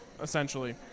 essentially